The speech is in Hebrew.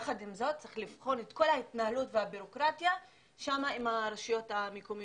יחד עם זאת צריך לבחון את כל ההתנהלות והבירוקרטיה עם הרשויות המקומיות.